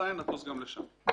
מחרתיים נטוס גם לשם.